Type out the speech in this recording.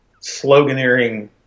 sloganeering